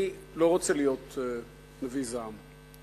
אני לא רוצה להיות נביא זעם,